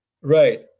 Right